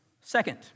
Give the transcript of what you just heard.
Second